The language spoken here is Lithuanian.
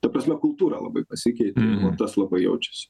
ta prasme kultūra labai pasikeitė va tas labai jaučiasi